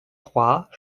trois